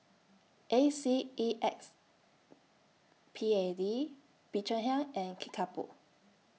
A C E X P A D Bee Cheng Hiang and Kickapoo